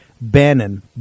Bannon